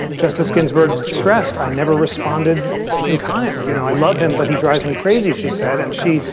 justice ginsburg stressed, i never responded in kind. you know, i love him but he drives me crazy, she said. and she.